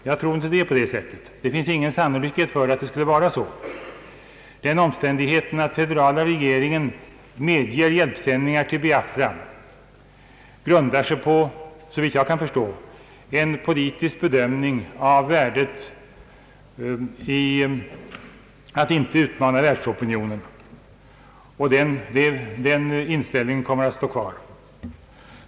Jag tror inte att det är på det sättet. Det finns ingen sannolikhet för det. Den omständigheten att den federala regeringen medger hjälpsändningar till Biafra grundar sig såvitt jag kan förstå på en politisk bedömning av värdet i att inte utmana världsopinionen. Den inställningen påverkas nog inte av våra åtgärder.